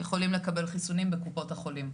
יכולים לקבל חיסונים בקופות החולים.